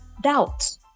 Doubt